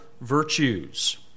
virtues